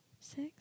six